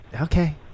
Okay